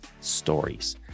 stories